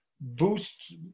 boost